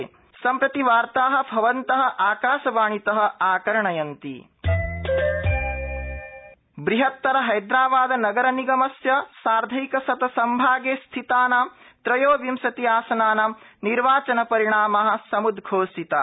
break सम्प्रतिवार्ता भवन्त आकाशवाणीत आकर्णयन्ति तेलंगाना बह़तर हैदराबाद नगर निगमस्य सार्धैक शत सम्भागे स्थितानां त्रयोविंशति आसनानां निर्वाचन रिणामाः सम्द्घोषिताः